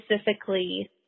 specifically